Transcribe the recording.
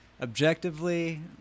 objectively